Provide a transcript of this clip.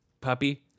puppy